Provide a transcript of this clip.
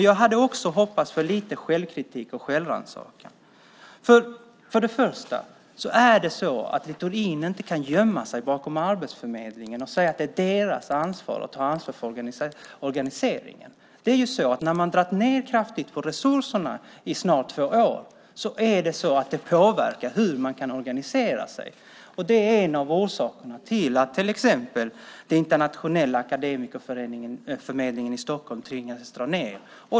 Jag hade dock hoppats på lite självkritik och självrannsakan. Littorin kan inte gömma sig bakom Arbetsförmedlingen och säga att organisationen är deras ansvar. Kraftigt neddragna resurser i två år påverkar hur man organiserar verksamheten. Det är en av orsakerna till att till exempel den internationella akademikerförmedlingen i Stockholm tvingades dra ned.